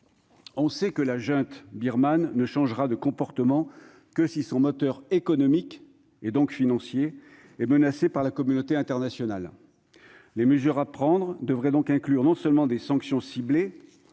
On sait que la junte birmane ne changera son comportement que si son moteur économique, et donc financier, est menacé par la communauté internationale. Les mesures à prendre devraient donc inclure non seulement des sanctions ciblées